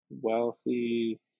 Wealthy